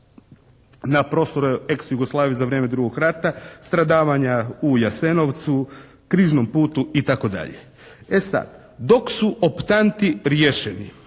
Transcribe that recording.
na prostoru «ex Jugoslavije» za vrijeme drugog rata. Stradavanja u Jasenovcu, križnom putu i tako dalje. E sad dok su optanti riješeni,